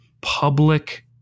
public